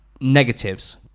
negatives